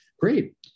Great